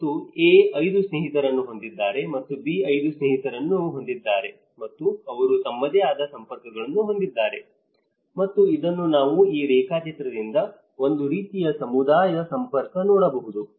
ಮತ್ತು A 5 ಸ್ನೇಹಿತರನ್ನು ಹೊಂದಿದ್ದಾರೆ ಮತ್ತು B 5 ಸ್ನೇಹಿತರನ್ನು ಹೊಂದಿದ್ದಾರೆ ಮತ್ತು ಅವರು ತಮ್ಮದೇ ಆದ ಸಂಪರ್ಕಗಳನ್ನು ಹೊಂದಿದ್ದಾರೆ ಮತ್ತು ಇದನ್ನು ನಾವು ಈ ರೇಖಾಚಿತ್ರದಿಂದ ಇದು ಒಂದು ರೀತಿಯ ಸಮುದಾಯ ಸಂಪರ್ಕ ನೋಡಬಹುದು